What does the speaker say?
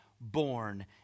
born